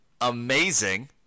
amazing –